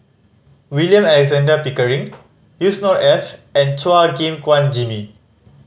William Alexander Pickering Yusnor Ef and Chua Gim Guan Jimmy